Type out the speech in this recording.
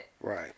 Right